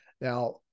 Now